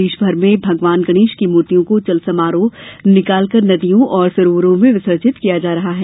प्रदेश भर में भगवान गणेश की मूर्तियों को चल समारोह निकाल कर नदियों और सरोवरों में विसर्जित किया जा रहा है